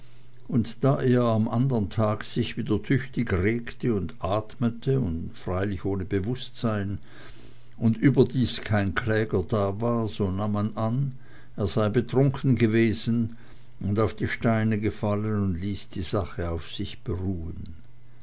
und da er am andern tage sich wieder tüchtig regte und atmete freilich ohne bewußtsein und überdies kein kläger da war so nahm man an er sei betrunken gewesen und auf die steine gefallen und ließ die sache auf sich beruhen